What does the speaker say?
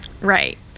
right